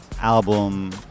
album